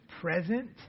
present